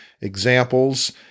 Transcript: examples